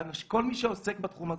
כל מי שעוסק בתחום הזה,